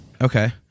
Okay